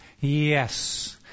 Yes